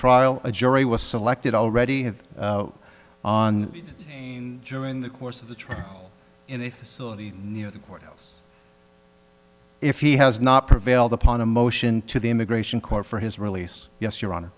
trial a jury was selected already on in the course of the trial in a facility near the courthouse if he has not prevailed upon a motion to the immigration court for his release yes your honor